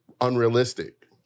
unrealistic